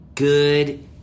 Good